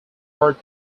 part